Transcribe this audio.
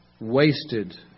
wasted